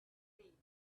day